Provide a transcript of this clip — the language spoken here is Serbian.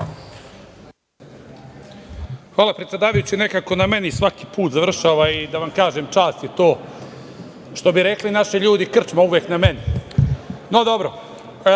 Hvala, predsedavajući. Nekako na meni svaki put završava i da vam kažem čast je to, što bi rekli naši ljudi, krčma je uvek na meni. Ne znam